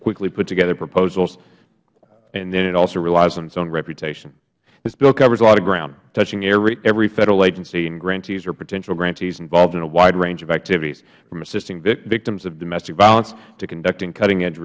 quickly put together proposals and then it also relies on its own reputation this bill covers a lot of ground touching every federal agency and grantees or potential grantees involved in a wide range of activities from assisting victims of domestic violence to conducting cutting